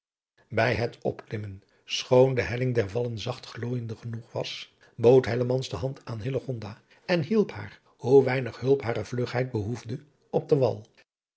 bij het opklimmen schoon de helling der wallen zacht glooijende genoeg was bood hellemans de hand aan hillegonda en hielp haar hoe weinig hulp hare adriaan loosjes pzn het leven van hillegonda buisman vlugheid behoefde op den wal